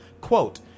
quote